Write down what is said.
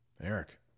Eric